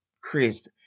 Chris